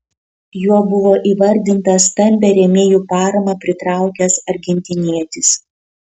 juo buvo įvardintas stambią rėmėjų paramą pritraukęs argentinietis